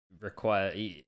require